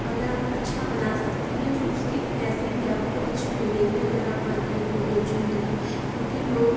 اگر آپ اچھا بنا سکتی ہیں تو اس کے پیسے بھی آپ کو اچھے ملیں گے اگر آپ مارکیٹ میں بیچیں گی کیونکہ لوگ